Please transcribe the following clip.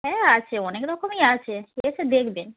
হ্যাঁ আছে অনেক রকমই আছে এসে দেখবেন